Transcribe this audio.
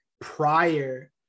prior